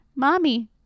mommy